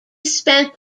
spent